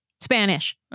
Spanish